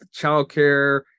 childcare